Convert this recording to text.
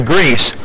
Greece